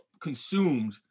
consumed